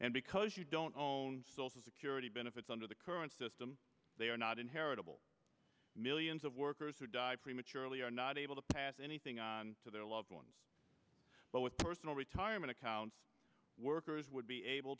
and because you don't own social security benefits under the current system they are not inheritable millions of workers who die prematurely are not able to pass anything on to their loved ones but with personal retirement accounts workers would be able